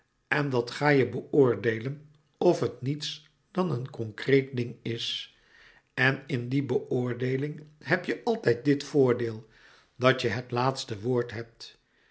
en dat ga je beoordeelen of het niets dan een concreet ding is en in die beoordeeling heb je altijd dit voordeel dat je het laatste woord hebt